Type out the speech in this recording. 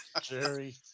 Jerry